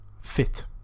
fit